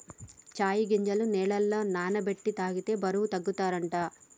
చై గింజలు నీళ్లల నాన బెట్టి తాగితే బరువు తగ్గుతారట